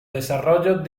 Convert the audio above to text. desarrollos